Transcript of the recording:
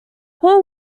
hall